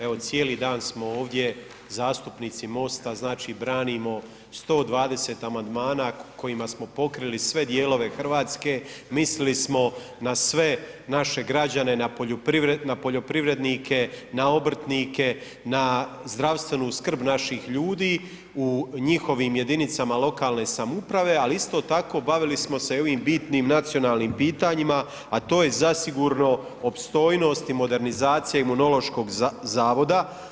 Evo cijeli dan smo ovdje, zastupnici MOST-a, znači branimo 120. amandmana kojima smo pokrili sve dijelove Hrvatske, mislili smo na sve naše građane, na poljoprivrednike, na obrtnike, na zdravstvenu skrb naših ljudi u njihovim jedinicama lokalne samouprave ali isto tako bavili smo se i ovim bitnim nacionalnim pitanjima a to je zasigurno opstojnost i modernizacija imunološkog zavoda.